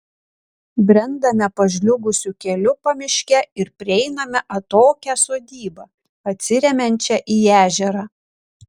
brendame pažliugusiu keliu pamiške ir prieiname atokią sodybą atsiremiančią į ežerą